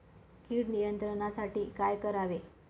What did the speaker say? कीड नियंत्रणासाठी काय करावे?